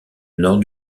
nord